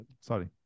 Sorry